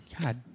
God